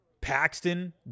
Paxton